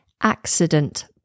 accident